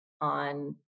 on